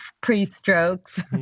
pre-strokes